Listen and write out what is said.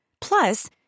Plus